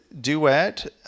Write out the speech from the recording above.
duet